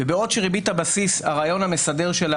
בעוד שהרעיון המסדר של ריבית הבסיס הוא